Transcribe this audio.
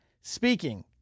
Speaking